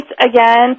again